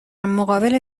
مقابل